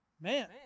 Man